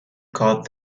caught